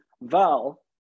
Val